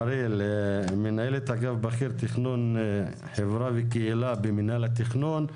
מנהלת אגף בכיר תכנון חברה וקהילה במינהל התכנון,